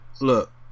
look